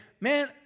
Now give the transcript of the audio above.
man